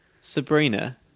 Sabrina